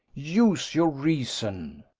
use your reason.